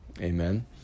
Amen